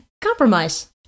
Compromise